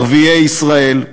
ערביי ישראל,